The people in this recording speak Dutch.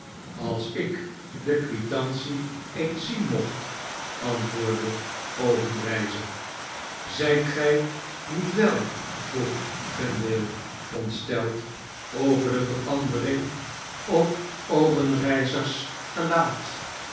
als ik de quitantie eens zien mocht p antwoordde obenreizer zjt gg niet wel vroeg vendale ontsteld over de verandering op obenreizer's gelaat